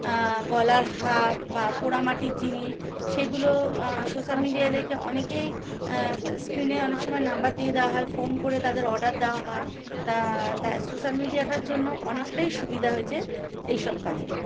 গলার হার বা পোড়ামাটির জিনিস সেগুলো সোশ্যাল মিডিয়ায় দেখে অনেকেই স্ক্রিনে অনেক সময় নম্বর দিয়ে দেওয়া হয় ফোন করে তাদের অর্ডার দেওয়া হয় তা সোশ্যাল মিডিয়াটার জন্য অনেকটাই সুবিধা হয়েছে এই সব কাজে